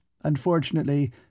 Unfortunately